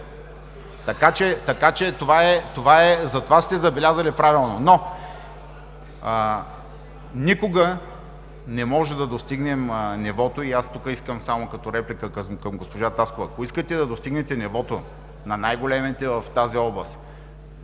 патриотизма. Това сте забелязали правилно. Никога не може да достигнем нивото и искам като реплика към госпожа Таскова: ако искате да достигнете нивото на най-големите в тази област,